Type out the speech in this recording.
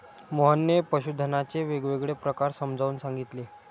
मोहनने पशुधनाचे वेगवेगळे प्रकार समजावून सांगितले